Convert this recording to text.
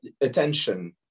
attention